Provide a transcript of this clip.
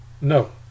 No